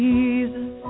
Jesus